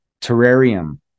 Terrarium